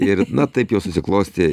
ir na taip jau susiklostė